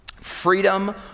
freedom